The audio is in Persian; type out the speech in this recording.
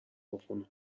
بخون